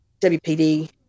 WPD